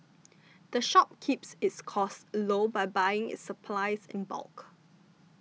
the shop keeps its costs low by buying its supplies in bulk